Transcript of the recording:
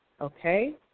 okay